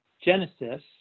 Genesis